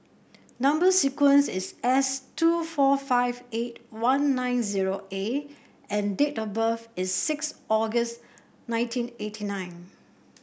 number sequence is S two four five eight one nine zero A and date of birth is six August nineteen eighty nine